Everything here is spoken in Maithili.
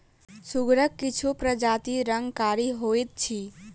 सुगरक किछु प्रजातिक रंग कारी होइत अछि